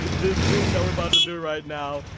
this thing that we're about to do right now!